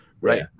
right